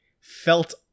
felt